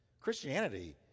Christianity